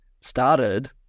started